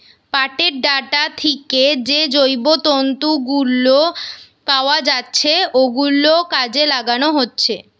পাটের ডাঁটা থিকে যে জৈব তন্তু গুলো পাওয়া যাচ্ছে ওগুলো কাজে লাগানো হচ্ছে